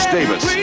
Davis